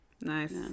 Nice